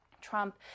Trump